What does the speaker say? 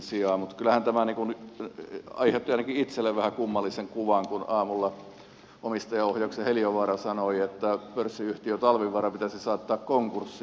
mutta kyllähän tämä aiheutti ainakin itselle vähän kummallisen kuvan kun aamulla omistajaohjauksen heliövaara sanoi että pörssiyhtiö talvivaara pitäisi saattaa konkurssiin